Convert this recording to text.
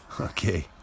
Okay